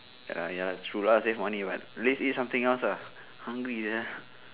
ya lah ya lah true lah save money [what] let's eat something else ah hungry ah